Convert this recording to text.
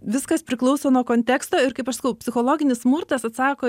viskas priklauso nuo konteksto ir kaip aš sakau psichologinis smurtas atsako